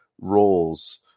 roles